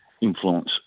influence